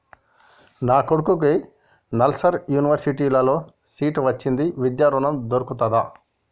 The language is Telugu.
నా కొడుకుకి నల్సార్ యూనివర్సిటీ ల సీట్ వచ్చింది విద్య ఋణం దొర్కుతదా?